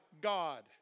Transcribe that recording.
God